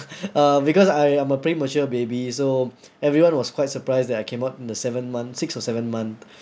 uh because I am a premature baby so everyone was quite surprised that I came out in the seventh month sixth or seventh month